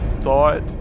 thought